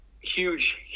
huge